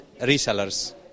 resellers